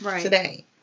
today